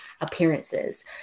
appearances